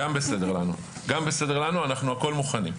גם בסדר לנו, אנחנו הכול מוכנים,